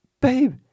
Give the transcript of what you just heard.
Babe